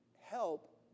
help